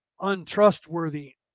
untrustworthy